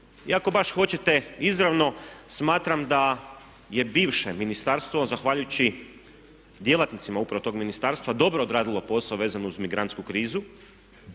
I ako baš hoćete izravno smatram da je bivše ministarstvo zahvaljujući djelatnicima upravo tog ministarstva dobro odradilo posao vezno uz migrantsku krizu.